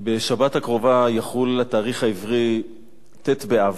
בשבת הקרובה יחול התאריך העברי ט' באב.